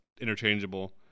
interchangeable